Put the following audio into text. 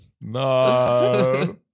No